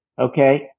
okay